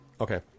Okay